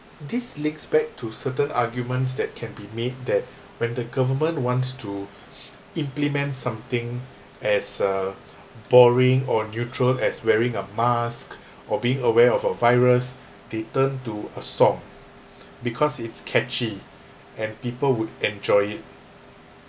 this links back to certain arguments that can be made that when the government wants to implement something as a boring or neutral as wearing a mask or being aware of a virus they turn to a song because it's catchy and people would enjoy it